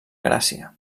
gràcia